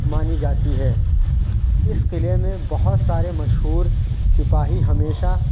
مانی جاتی ہے اس قلعے میں بہت سارے مشہور سپاہی ہمیشہ